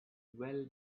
well